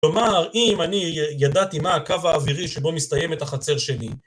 כלומר, אם אני ידעתי מה הקו האווירי שבו מסתיימת החצר שלי...